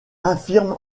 infirme